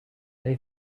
they